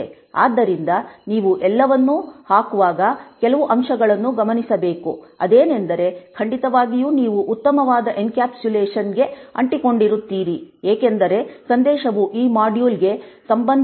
ಆದ್ದರಿಂದ ನೀವು ಎಲ್ಲವನ್ನೂ ಹಾಕುವಾಗ ಕೆಲವು ಅಂಶಗಳನ್ನು ಗಮನಿಸಬೇಕು ಅದೇನೆಂದರೆ ಖಂಡಿತವಾಗಿಯೂ ನೀವು ಉತ್ತಮವಾದ ಎನ್ಕ್ಯಾಪ್ಸುಲೇಷನ್ಗೆ ಅಂಟಿಕೊಳ್ಳುತ್ತೀರಿ ಏಕೆಂದರೆ ಸಂದೇಶವು ಈ ಮಾಡ್ಯೂಲ್ಗೆ ಸಂಬಂಧಿಸಿದೆ